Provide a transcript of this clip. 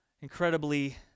incredibly